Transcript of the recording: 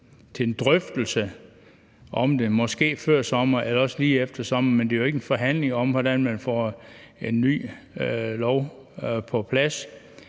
til en drøftelse om det, måske før sommeren eller også lige efter sommeren. Men det er jo ikke en forhandling om, hvordan man får en ny lov på plads.